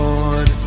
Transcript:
Lord